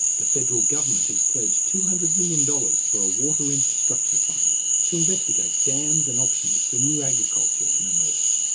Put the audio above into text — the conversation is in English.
the federal government has pledged two hundred million dollars for a water infrastructure fund to investigate dams and options for new agriculture in the north.